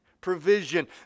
provision